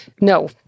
No